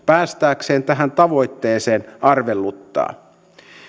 päästäkseen tähän tavoitteeseen arveluttavat